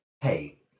hey